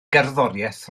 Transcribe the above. gerddoriaeth